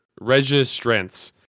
registrants